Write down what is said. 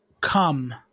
come